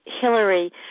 Hillary